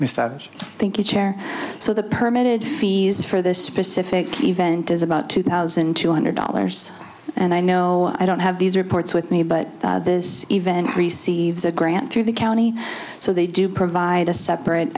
mr thank you chair so the permit fees for this specific event is about two thousand two hundred dollars and i know i don't have these reports with me but this event receives a grant through the county so they do provide a separate